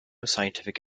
scientific